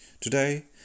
Today